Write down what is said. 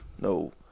No